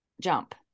jump